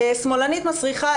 שמאלנית מסריחה,